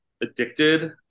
Addicted